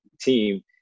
team